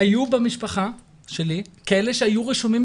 - היו במשפחה שלי כאלה שהיו רשומים,